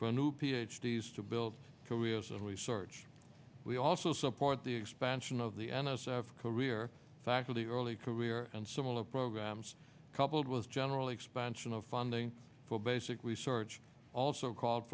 for new ph d s to build careers and research we also support the expansion of the n s f career faculty early career and similar programs coupled with general expansion of funding for basic research also called